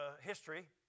history